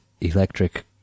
electric